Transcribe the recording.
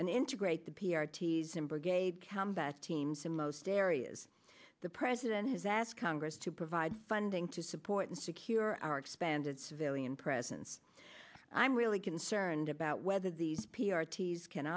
and integrate the p r t zimm brigade combat teams in most areas the president has asked congress to provide funding to support and secure our expanded civilian presence i'm really concerned about whether these p r t's can